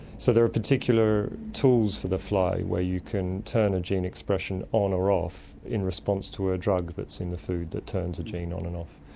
so there are particular tools for the fly where you can turn a gene expression on or off in response to a drug that's in the food that turns a gene on and off.